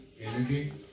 energy